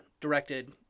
directed